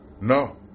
No